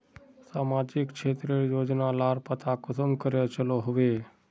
सामाजिक क्षेत्र रेर योजना लार पता कुंसम करे चलो होबे?